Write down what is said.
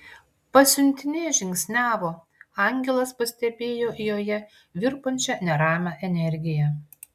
pasiuntinė žingsniavo angelas pastebėjo joje virpančią neramią energiją